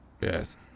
Yes